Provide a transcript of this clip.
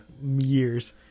Years